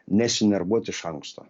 nesinervuot iš anksto